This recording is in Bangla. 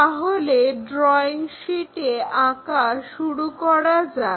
তাহলে ড্রয়িং শীটে আঁকা শুরু করা যাক